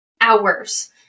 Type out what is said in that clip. hours